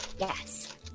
Yes